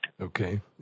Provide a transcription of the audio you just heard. Okay